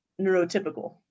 neurotypical